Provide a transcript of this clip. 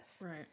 Right